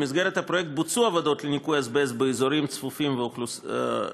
במסגרת הפרויקט בוצעו עבודות לניקוי אזבסט באזורים צפופים ומאוכלסים.